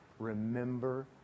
Remember